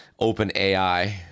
OpenAI